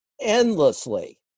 endlessly